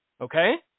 Okay